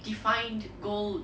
defined goal